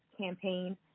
campaign